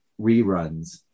reruns